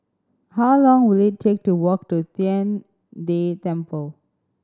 how long will it take to walk to Tian De Temple